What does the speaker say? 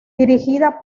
dirigida